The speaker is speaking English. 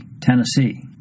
Tennessee